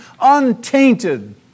untainted